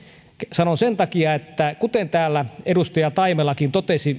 sanon sen takia kuten täällä edustaja taimelakin totesi